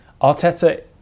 Arteta